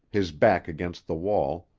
his back against the wall,